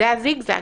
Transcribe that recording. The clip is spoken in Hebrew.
זה הזיג-זג.